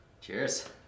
Cheers